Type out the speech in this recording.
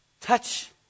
Touch